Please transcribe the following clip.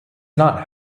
not